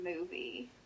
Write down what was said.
movie